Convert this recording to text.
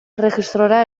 erregistrora